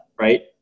Right